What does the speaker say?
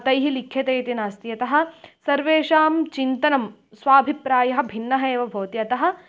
तैः लिख्यते इति नास्ति अतः सर्वेषां चिन्तनं स्वाभिप्रायः भिन्नः एव भवति अतः